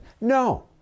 No